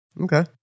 Okay